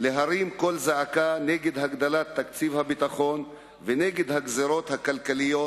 להרים קול זעקה נגד הגדלת תקציב הביטחון ונגד הגזירות הכלכליות,